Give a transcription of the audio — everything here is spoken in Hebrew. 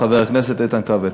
חבר הכנסת איתן כבל.